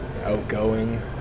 outgoing